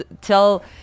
tell